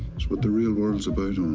it's what the real world's about,